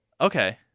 Okay